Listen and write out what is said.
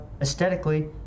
aesthetically